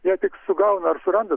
jei tik sugauna ar suranda